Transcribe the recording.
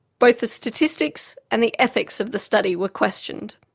both the statistics and the ethics of the study were questioned.